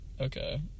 Okay